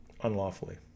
unlawfully